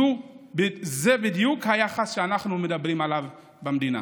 זה בדיוק היחס שאנחנו מדברים עליו במדינה.